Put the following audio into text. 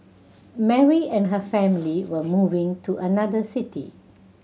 Mary and her family were moving to another city